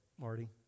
Marty